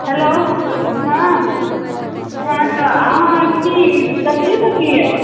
hello हँ हँ तऽ अहाँ की तब की सोचियै